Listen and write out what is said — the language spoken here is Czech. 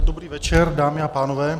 Dobrý večer, dámy a pánové.